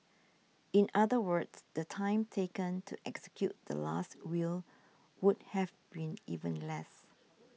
in other words the time taken to execute the Last Will would have been even less